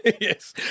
Yes